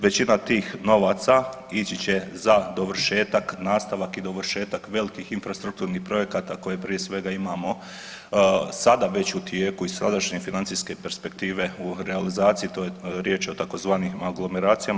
Većina tih novaca ići će za dovršetak, nastavak i dovršetak velikih infrastrukturnih projekata koje prije svega imamo sada već u tijeku iz sadašnje financijske perspektive u realizaciji to je riječ o tzv. aglomeracijama.